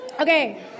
Okay